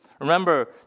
Remember